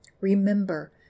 Remember